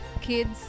kids